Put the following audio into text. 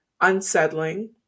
Unsettling